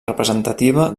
representativa